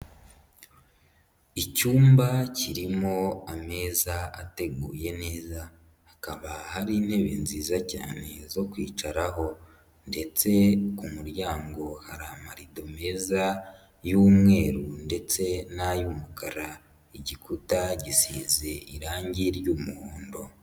Icyumba kirimo ameza ateguye neza, hakaba hari intebe nziza cyane zo kwicaraho ndetse ku muryango hari amarido meza y'umweru ndetse n'ay'umukara. Igikuta gisize irangi ry'umuhondo.